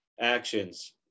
actions